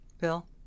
Bill